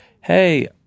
Hey